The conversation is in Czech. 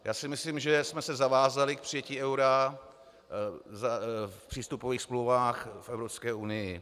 Já si myslím, že jsme se zavázali k přijetí eura v přístupových smlouvách k Evropské unii.